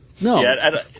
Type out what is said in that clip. No